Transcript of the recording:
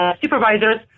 supervisors